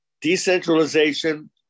Decentralization